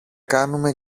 κάνουμε